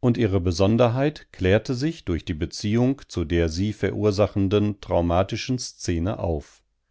und ihre besonderheit klärte sich durch die beziehung zu der sie verursachenden traumatischen szene auf